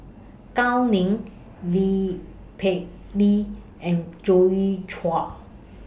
Gao Ning Lee Lee and Joi Chua